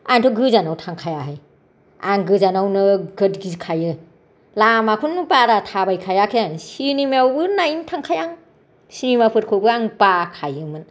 आंथ' गोजानाव थांखायाहाय आं गोजाननाव नोगोद गिखायो लामाखौनो बारा थाबायखायाखै आं सिनेमाखौनो नायनो थांखाया आं सिनेमाफोरखौबो आं बाखायोमोन